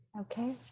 Okay